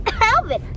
Alvin